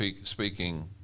speaking